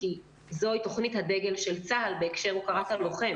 כי זוהי תוכנית הדגל של צה"ל בהקשר להוקרת הלוחם.